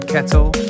Kettle